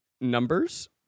Numbers